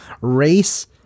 race